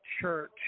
Church